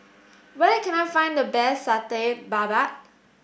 where can I find the best Satay Babat